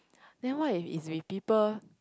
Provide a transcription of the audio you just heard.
then what if it's with people